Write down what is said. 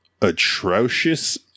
atrocious